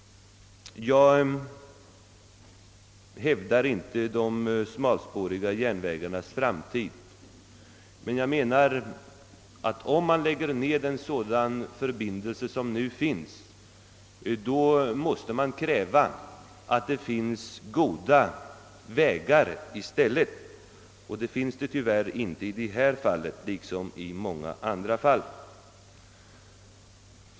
Jag är ingen förespråkare för de smal spåriga järnvägarnas framtid, men jag menar att man, om en sådan förbindelse som den nu existerande läggs ned, också måste kräva att det i stället erbjuds goda vägförbindelser.